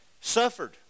suffered